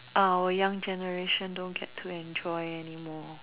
our young generation won't get to enjoy anymore